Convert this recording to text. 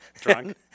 drunk